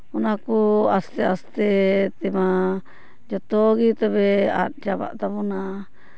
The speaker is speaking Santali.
ᱚᱱᱟ ᱠᱚ ᱟᱥᱛᱮ ᱟᱥᱛᱮ ᱛᱮᱢᱟ ᱡᱚᱛᱚ ᱜᱮ ᱛᱚᱵᱮ ᱟᱫ ᱪᱟᱵᱟᱜ ᱛᱟᱵᱚᱱᱟ